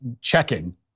checking